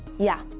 yeah.